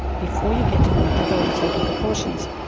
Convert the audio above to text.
before you get to them, they've already taken precautions.